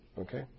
Okay